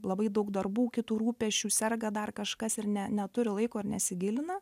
labai daug darbų kitų rūpesčių serga dar kažkas ir ne neturi laiko ir nesigilina